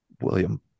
william